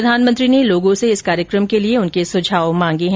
प्रधानमंत्री ने लोगों से इस कार्यक्रम के लिए उनके सुझाव मांगे है